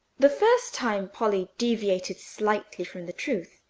the first time polly deviated slightly from the truth,